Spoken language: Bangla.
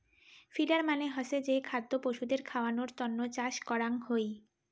ফিডার মানে হসে যে খাদ্য পশুদের খাওয়ানোর তন্ন চাষ করাঙ হই